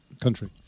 country